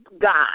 God